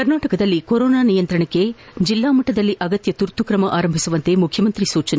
ಕರ್ನಾಟಕದಲ್ಲಿ ಕೊರೋನಾ ನಿಯಂತ್ರಣಕ್ಕೆ ಜಿಲ್ಲಾ ಮಟ್ಟದಲ್ಲಿ ಅಗತ್ಯ ತುರ್ತು ತ್ರಮ ಆರಂಭಿಸುವಂತೆ ಮುಖ್ಯಮಂತ್ರಿ ಸೂಚನೆ